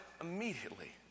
immediately